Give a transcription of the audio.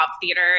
theater